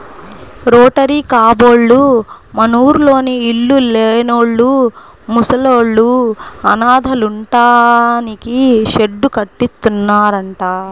rotary కబ్బోళ్ళు మనూర్లోని ఇళ్ళు లేనోళ్ళు, ముసలోళ్ళు, అనాథలుంటానికి షెడ్డు కట్టిత్తన్నారంట